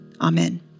Amen